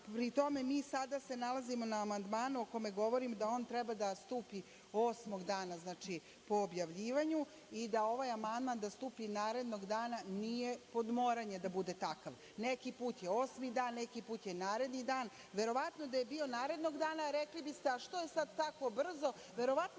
pri tome, mi sada se nalazimo na amandmanu o kome govorim, da on treba da stupi osmog dana po objavljivanju i da ovaj amandman da stupi narednog dana nije pod moranje da bude takav. Neki put je osmi dan, neki put je naredni dan. Verovatno da je bio narednog dana, rekli biste – a što je sad tako brzo, verovatno